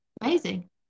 Amazing